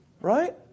Right